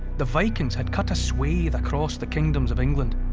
the vikings had cut a swathe across the kingdoms of england.